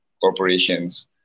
corporations